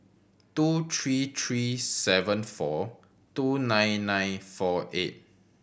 two three three seven four two nine nine four eight